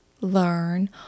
Learn